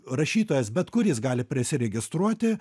rašytojas bet kuris gali prisiregistruoti